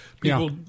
people